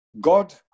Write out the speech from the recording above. God